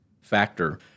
factor